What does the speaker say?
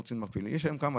יש היום, כמה?